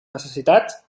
necessitats